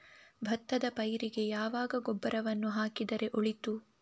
ಭತ್ತದ ಪೈರಿಗೆ ಯಾವಾಗ ಗೊಬ್ಬರವನ್ನು ಹಾಕಿದರೆ ಒಳಿತು?